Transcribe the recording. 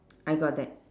I got that